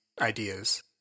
ideas